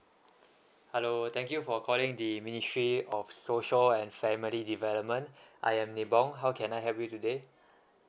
hello thank you for calling the ministry of social and family development I am nibong how can I help you today